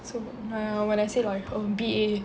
so err when I say like err B_A